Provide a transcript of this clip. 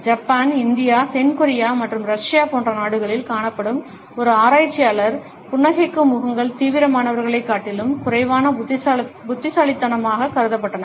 Japan India தென் Korea மற்றும் Russia போன்ற நாடுகளில் காணப்படும் ஒரு ஆராய்ச்சியாளர் புன்னகைக்கும் முகங்கள் தீவிரமானவர்களைக் காட்டிலும் குறைவான புத்திசாலித்தனமாகக் கருதப்பட்டன